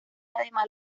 además